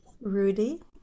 Rudy